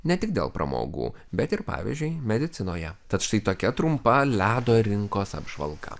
ne tik dėl pramogų bet ir pavyzdžiui medicinoje tad štai tokia trumpa ledo rinkos apžvalga